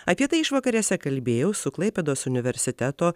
apie tai išvakarėse kalbėjau su klaipėdos universiteto